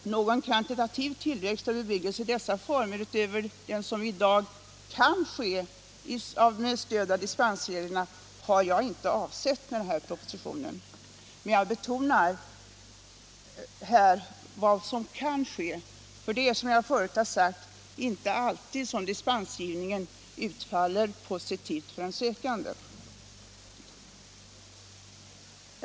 Någon kvantitativ tillväxt av bebyggelse i dessa former utöver den som i dag kan ske med stöd av dispensreglerna har jag inte avsett med den här propositionen. Men jag betonar här vad som kan ske, för det är, som jag förut sagt, inte alltid som dispensprövningen utfaller positivt för en sökande.